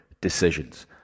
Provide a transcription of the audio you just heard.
decisions